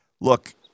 Look